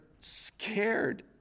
scared